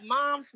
Mom